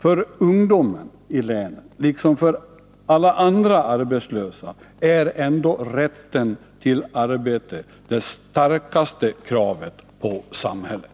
För ungdomen i länet, liksom för alla andra arbetsföra, är ändå rätten till arbete det starkaste kravet på samhället.